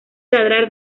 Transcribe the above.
ladrar